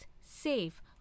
safe